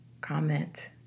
comment